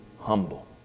humble